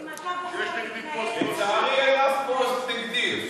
אם אתה בוחר להתנהל, לצערי אין אף פוסט נגדי.